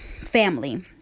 family